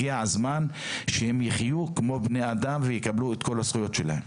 הגיע הזמן שהם יחיו כמו בני אדם ויקבלו את כל הזכויות שלהם.